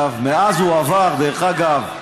מאז הוא עבר, דרך אגב,